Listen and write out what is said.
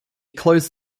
closed